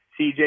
CJ